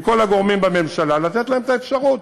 עם כל הגורמים בממשלה, לתת להן את האפשרות,